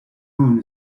moon